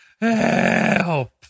Help